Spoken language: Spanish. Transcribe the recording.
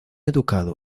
educado